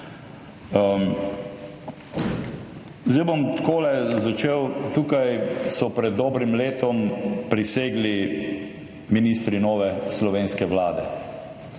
Zdaj bom takole začel. Tukaj so pred dobrim letom prisegli ministri nove slovenske Vlade.